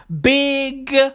Big